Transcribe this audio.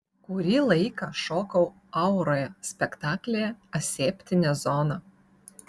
kurį laiką šokau auroje spektaklyje aseptinė zona